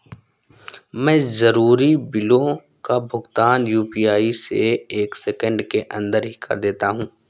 मैं जरूरी बिलों का भुगतान यू.पी.आई से एक सेकेंड के अंदर ही कर देता हूं